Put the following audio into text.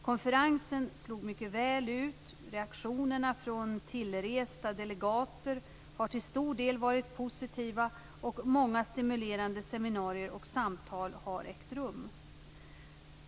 Konferensen slog mycket väl ut, reaktionerna från tillresta delegater har till stor del varit positiva, och många stimulerande seminarier och samtal har ägt rum.